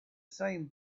same